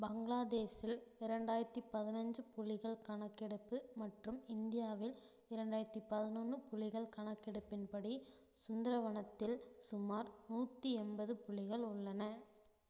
பங்களாதேஷில் இரண்டாயித்து பதினஞ்சு புள்ளிகள் கணக்கெடுப்பு மற்றும் இந்தியாவில் இரண்டாயிரத்து பதினொன்று புள்ளிகள் கணக்கெடுப்பின்படி சுந்தரவனத்தில் சுமார் நூற்றி எண்பது புலிகள் உள்ளன